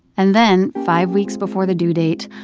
and then five weeks before the due date,